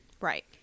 Right